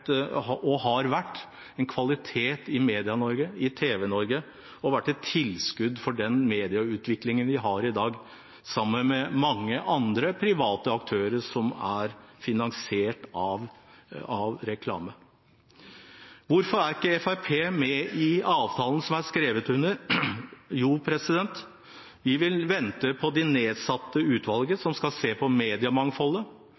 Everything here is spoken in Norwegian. tilskudd til den medieutviklingen vi har i dag, sammen med mange andre private aktører som er finansiert av reklame. Hvorfor er ikke Fremskrittspartiet med i avtalen som er skrevet under? Det er fordi vi vil vente på arbeidet til de nedsatte